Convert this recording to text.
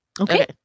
Okay